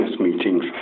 meetings